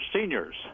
seniors